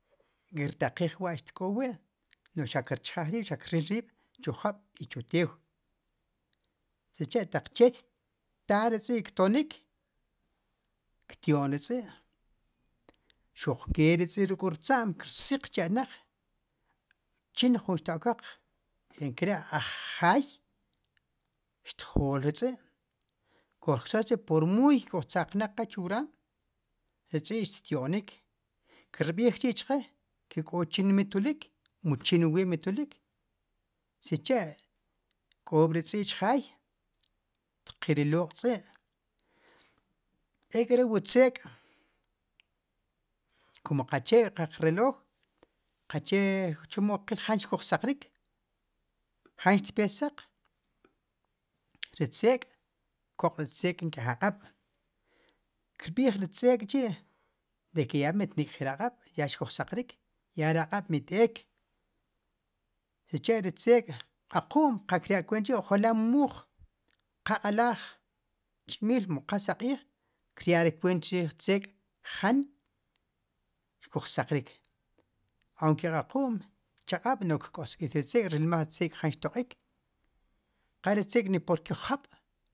Kirtaqij wa xtk'ob' wi' nu'j xaq kirchjaj rib' ki ril rib' chu jab' i chu tew sicha' taq che xtta' ri tz'i' ktonik ktio'n ri tz'i' xuq ke ri tz'i' ruk' wu rtz'am kirsiq cha na'j chin ju xtekoq nkare' aj jaay xtjool ri tz'i' koj cha' chi por muy ojtzaqnaq chu wraam ri tz'i' ttio'nik kir b'iij chi' chqe ke k'o chin mitulik mu chin wu we' mitulik sicha' k'o ri tz'i' chjaay tqilo'q tz'i' ek' re wu tzeek' komo qache qek reloj kache chemo qil jan xkujsaqrik jan xtpe saq ri tzeek' koq' ri tzeek nk'ej aq'ab' kirb'ij ri tzeek chi' de ke ya mitnik'jir ri aq'ab' ya xkujsaqrik ya ri aq'ab' mit'eek sicha' ri tzeek aqum qa kirya' kuent chi' ojala muuj qa q'alaj ch'mil mu qan saq'iij krya' ri kuent chriij tzeek' jan xkoj saqrik aunke aqum chaq'ab' nuj kk'osk'it ri tzeek' rilmaj ri tzeek' jan xtoq'ik qa ri tz'eek' ni porke jab'